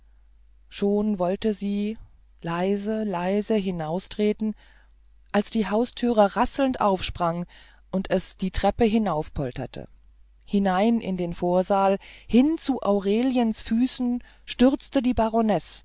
schon wollte sie leise leise hinaustreten als die haustüre rasselnd aufsprang und es die treppe hinaufpolterte hinein in den vorsaal hin zu aureliens füßen stürzte die